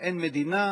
אין מדינה,